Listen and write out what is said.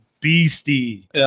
beastie